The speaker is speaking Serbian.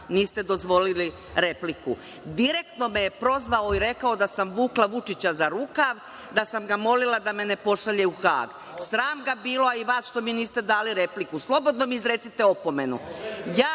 niste dozvolili repliku. Direktno me je prozvao i rekao da sam vukla Vučića za rukav, da sam ga molila da me ne pošalje u Hag. Sram ga bilo, a i vas što mi niste dali repliku. Slobodno mi izrecite opomenu. Ja